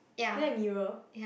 you like mirror